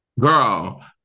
Girl